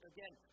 Again